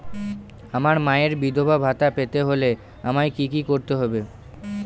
আমার মায়ের বিধবা ভাতা পেতে হলে আমায় কি কি করতে হবে?